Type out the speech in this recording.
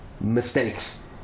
mistakes